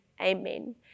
amen